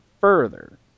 further